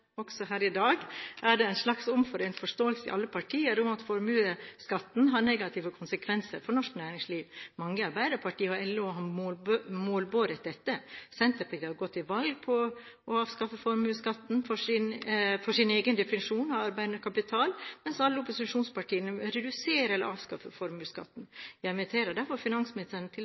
også her i dag – er det en slags omforent forståelse i alle partier om at formuesskatten har negative konsekvenser for norsk næringsliv. Mange i Arbeiderpartiet og LO har målbåret dette. Senterpartiet har gått til valg på å avskaffe formuesskatten for sin egen definisjon av arbeidende kapital, mens alle opposisjonspartiene vil redusere eller avskaffe formuesskatten. Jeg inviterer derfor finansministeren til